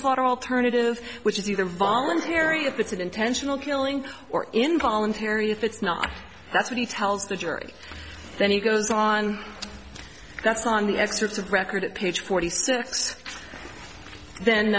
manslaughter alternative which is either voluntary if it's an intentional killing or involuntary if it's not that's what he tells the jury then he goes on that's on the excerpts of record at page forty